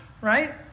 right